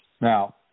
Now